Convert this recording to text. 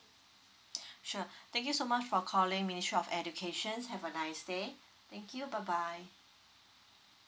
sure thank you so much for calling ministry of educationshave a nice day thank you bye bye